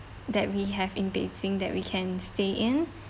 that we have in beijing that we can stay in